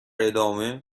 ادامه